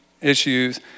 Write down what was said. issues